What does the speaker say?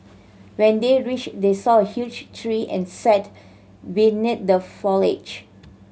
when they reached they saw a huge tree and sat beneath the foliage